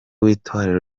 w’itorero